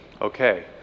Okay